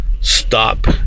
stop